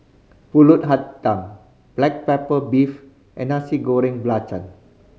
Pulut Hitam black pepper beef and Nasi Goreng Belacan